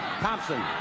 Thompson